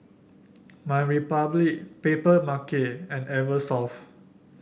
My Republic Papermarket and Eversoft